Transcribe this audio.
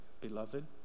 beloved